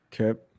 Okay